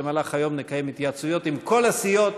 במהלך היום נקיים התייעצויות עם כל הסיעות.